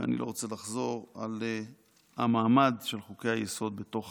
ואני לא רוצה לחזור על המעמד של חוקי-היסוד בתוך